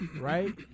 right